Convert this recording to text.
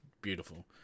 beautiful